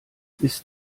ist